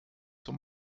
zur